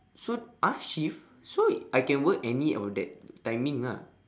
so !huh! shift so I can work any of that timing ah